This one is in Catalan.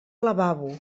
lavabo